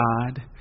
God